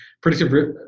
predictive